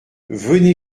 venez